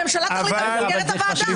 הממשלה תחליט על מסגרת הוועדה.